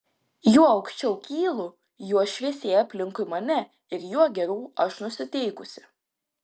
juo aukščiau kylu juo šviesėja aplinkui mane ir juo geriau aš nusiteikusi